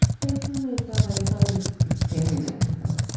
if i saw myself, i'd probably just be staring at myself.